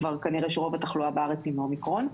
כבר כנראה שכל התחלואה בארץ היא מאומיקרון.